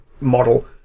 model